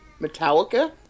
Metallica